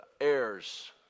heirs